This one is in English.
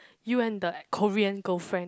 you and the Korean girlfriend